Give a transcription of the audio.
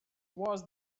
was